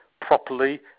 properly